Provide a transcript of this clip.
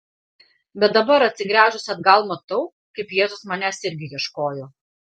bet dabar atsigręžusi atgal matau kaip jėzus manęs irgi ieškojo